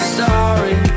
sorry